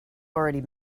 already